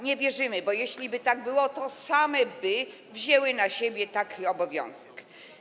Nie wierzymy, bo jeśliby tak było, to one same wzięłyby na siebie taki obowiązek.